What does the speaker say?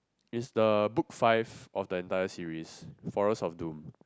is the book five of the entire series Forest of Doom